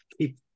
keep